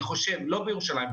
לא בירושלים.